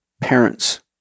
Parents